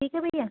ठीक है भैया